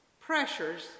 pressures